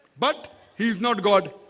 but he's not god